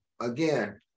again